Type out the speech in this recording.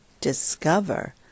discover